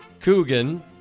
Coogan